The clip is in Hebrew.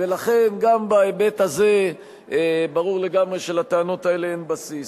ולכן גם בהיבט הזה ברור לגמרי שלטענות האלה אין בסיס.